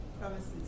Promises